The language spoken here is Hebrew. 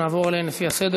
ונעבור עליהן לפי הסדר.